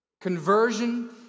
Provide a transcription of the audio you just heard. Conversion